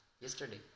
yesterday